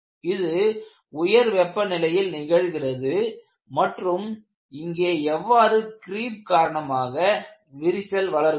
இது உயர் வெப்பநிலையில் நிகழ்கிறது மற்றும் இங்கே எவ்வாறு கிரீப் காரணமாக விரிசல் வளர்கிறது